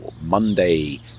Monday